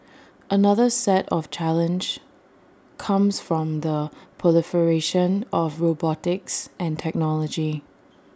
another set of challenge comes from the proliferation of robotics and technology